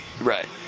right